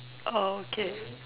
okay